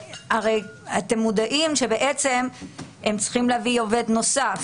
אתם מודעים לכך שהם צריכים להביא עובד נוסף.